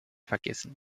vergessen